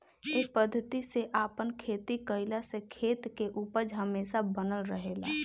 ए पद्धति से आपन खेती कईला से खेत के उपज हमेशा बनल रहेला